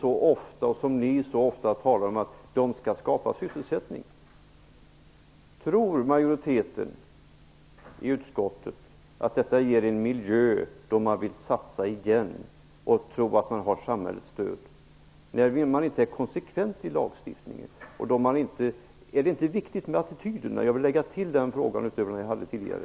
Ni talar ju så ofta om att de skall skapa sysselsättning. Tror majoriteten i utskottet att detta ger en miljö som gör att man vill satsa igen och som gör att man känner att man har samhällets stöd, när lagstiftningen inte är konsekvent? Är det inte viktigt med attityder? Jag vill foga den frågan till de frågor jag ställde tidigare.